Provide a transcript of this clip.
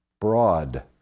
broad